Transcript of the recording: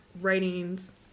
writings